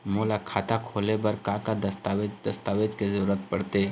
मोला खाता खोले बर का का दस्तावेज दस्तावेज के जरूरत पढ़ते?